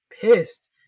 pissed